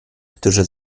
którzy